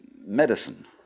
medicine